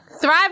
Thrive